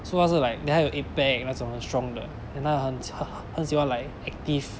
so 他是 like then 他有 eight pack 那种 strong 的 then 他很喜欢 like active